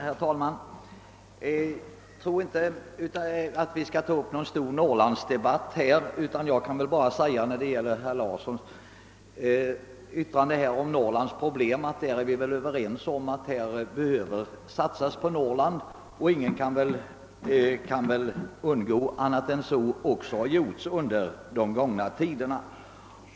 Herr talman! Jag tror inte att vi skall ta upp någon stor Norrlandsdebatt med anledning av herr Larssons i Umeå yttrande, ty vi är väl överens om att det behöver satsas på Norrland. Ingen kan undgå att konstatera att så också har gjorts under de gångna åren.